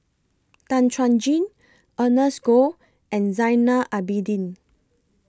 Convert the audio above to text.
Tan Chuan Jin Ernest Goh and Zainal Abidin